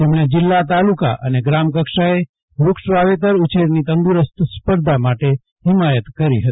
તેમણે જિલ્લા તાલુકા અને ગ્રામ કક્ષાએ વૃક્ષ વાવેતર ઉછેરની તંદુરસ્ત સ્પર્ધા માટે ફિમાયત કરી હતી